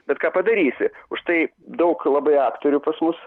bet ką padarysi užtai daug labai aktorių pas mus